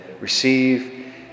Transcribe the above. receive